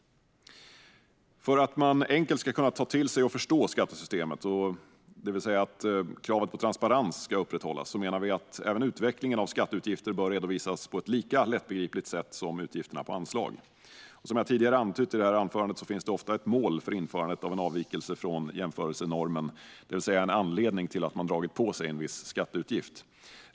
För att man enkelt ska ta till sig och förstå skattesystemet, det vill säga att kravet på transparens ska upprätthållas, menar vi att även utvecklingen av skatteutgifter bör redovisas på ett lika lättbegripligt sätt som utgifterna på anslag. Som jag tidigare har antytt i anförandet finns ofta ett mål för införandet av en avvikelse från jämförelsenormen, det vill säga en anledning till att man har dragit på sig en viss skatteutgift.